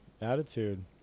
Attitude